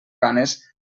ganes